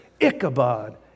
Ichabod